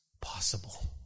possible